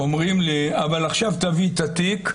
אומרים לי: עכשיו תביא את התיק,